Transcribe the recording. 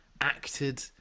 acted